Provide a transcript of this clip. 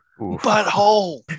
Butthole